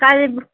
Kalimpong